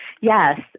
Yes